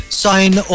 sign